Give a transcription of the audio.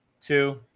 two